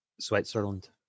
Switzerland